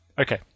Okay